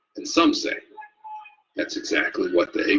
and some say that's exactly what they